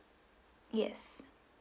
yes